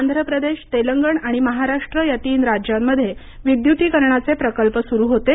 आंध्र प्रदेश तेलंगण आणि महाराष्ट्र या तीन राज्यांमध्ये विद्युतीकरणाचे प्रकल्प सुरू होते